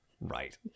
Right